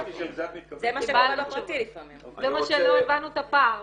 שלא הבנו את הפער.